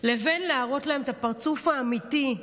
ובין להראות להם את הפרצוף האמיתי.